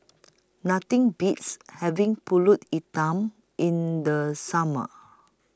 Nothing Beats having Pulut Hitam in The Summer